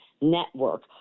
Network